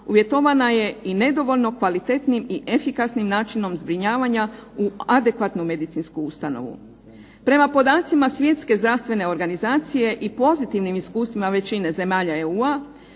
uvjetovana je i nedovoljno kvalitetnim i efikasnim načinom zbrinjavanja u adekvatnu medicinsku ustanovu. Prema podacima Svjetske zdravstvene organizacije i pozitivnim iskustvima većine zemalja EU-a